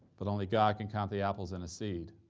but only god can count the apples in a seed,